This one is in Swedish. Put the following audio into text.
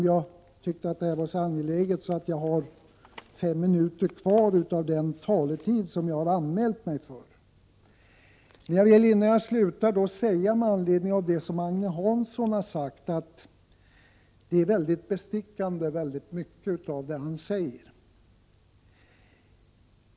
Jag tyckte det här ämnet var så angeläget att jag anmälde mig för 20 minuters taletid, och jag har nu 5 minuter kvar av den tiden. Men innan jag slutar vill jag med anledning av Agne Hanssons anförande säga att det är mycket av det han sade som kan verka bestickande.